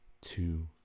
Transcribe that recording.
two